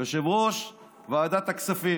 יושב-ראש ועדת הכספים.